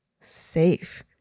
safe